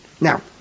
Now